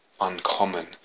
uncommon